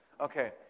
Okay